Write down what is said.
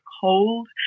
cold